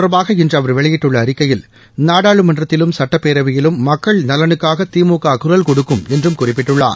தொடர்பாக இன்று அவர் வெளியிட்டுள்ள அறிக்கையில் நாடாளுமன்றத்திலும் இது சட்டப்பேரவையிலும் மக்கள் நலனுக்காக திமுக குரல் கொடுக்கும் என்றும் குறிப்பிட்டுள்ளார்